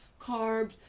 Carbs